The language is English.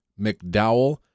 McDowell